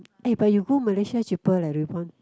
eh but you go Malaysia cheaper leh rebond